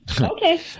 Okay